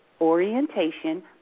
orientation